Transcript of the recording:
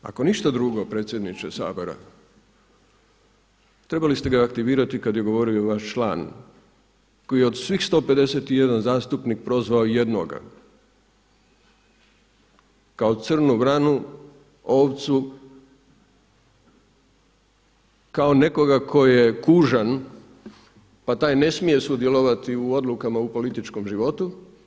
Ako ništa drugo predsjedniče Sabora, trebali ste ga aktivirati kada je govorio vaš član, koji od svih 151 zastupnika prozvao jednoga kao crnu vranu, ovcu, kao nekoga tko je kužan pa taj ne smije sudjelovati u odlukama u političkom životu.